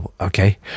okay